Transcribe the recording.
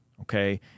okay